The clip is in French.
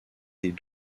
des